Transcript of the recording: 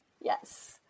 yes